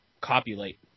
copulate